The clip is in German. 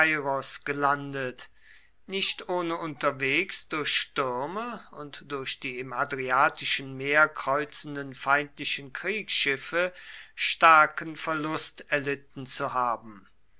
gelandet nicht ohne unterwegs durch stürme und durch die im adriatischen meer kreuzenden feindlichen kriegsschiffe starken verlust erlitten zu haben